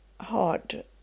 hard